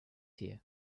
here